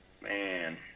man